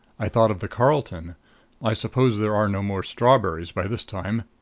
i thought of the carlton i suppose there are no more strawberries by this time.